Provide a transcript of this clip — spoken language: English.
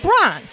LeBron